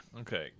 Okay